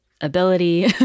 ability